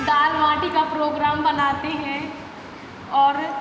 दाल बाटी का प्रोग्राम बनाते हैं और